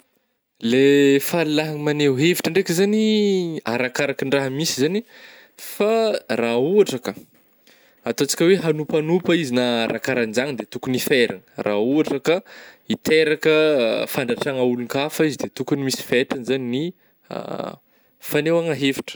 Le fahalalahagna magneo hevitra ndraika zany ih, arakarakan-draha misy zany fa raha ôhatra ka, ataon-tsika hoe hagnompagnopa izy na arakaranjagny de tokogny hi feragna raha ohatra ka iteraka fandratragna ôlon-kafa izy de tokogny misy fetragny zany ny fagnehoagna hevitra.